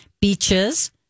beaches